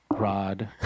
Rod